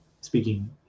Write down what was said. speaking